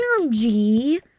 energy